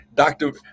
Doctor